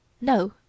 No